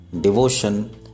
devotion